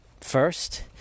First